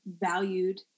valued